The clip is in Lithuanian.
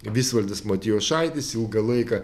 visvaldas matijošaitis ilgą laiką